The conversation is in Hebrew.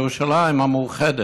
ירושלים המאוחדת,